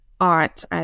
art